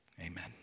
Amen